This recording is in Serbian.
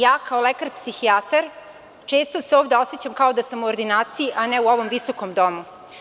Ja kao lekar-psihijatar, često se ovde osećam kao da sam u ordinaciji, a ne u ovom visokom domu.